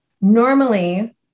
normally